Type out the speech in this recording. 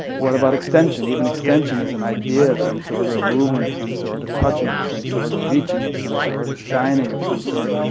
what about extension? even extension is an idea of some sort, or ah movement of some sort, a touching of some sort, or reaching of some sort, a shining of some sort,